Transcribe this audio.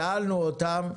שאלנו אותם.